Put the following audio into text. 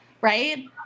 right